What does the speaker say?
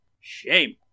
Shame